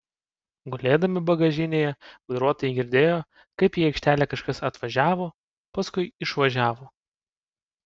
gulėdami bagažinėje vairuotojai girdėjo kaip į aikštelę kažkas atvažiavo paskui išvažiavo